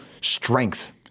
strength